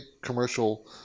commercial